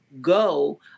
go